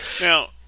Now